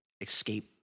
escape